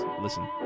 listen